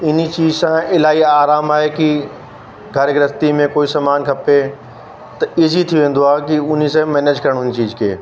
इन चीज सां इलाही आराम आहे कि घर गृहस्थी में कोई सामान खपे ईज़ी थी वेंदो आहे कि उन समय मैनेज करणु उन चीज खे